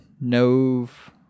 Nov